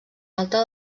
alta